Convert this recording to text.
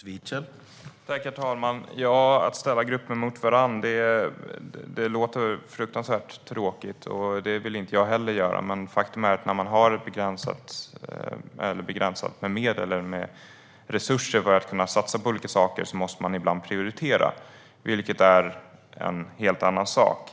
Herr talman! Att ställa grupper mot varandra låter fruktansvärt tråkigt. Det vill inte jag heller göra. Men faktum är att när man har begränsat med resurser för att satsa på olika saker måste man ibland prioritera, vilket är en helt annan sak.